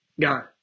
god